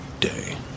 day